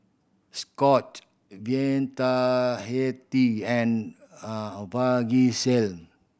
Scott Vitahealth and Vagisil